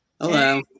hello